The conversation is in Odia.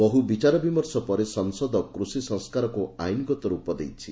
ବହୁ ବିଚାରବିମର୍ଷ ପରେ ସାଂସଦ କୃଷି ସଂସ୍କାରକୁ ଆଇନ୍ଗତ ରୂପ ଦେଇଛି